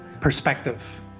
perspective